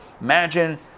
imagine